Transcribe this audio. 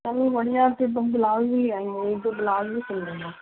तो मैं बढ़िया से तो ब्लाउज़ भी ले आई मेरे तो ब्लाउज़ भी सिल देना